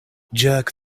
jerk